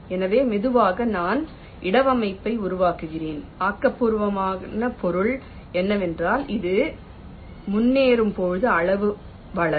எனவே மெதுவாக நான் இடவமைப்பை உருவாக்குகிறேன் ஆக்கபூர்வமான பொருள் என்னவென்றால் அது முன்னேறும் போது அளவு வளரும்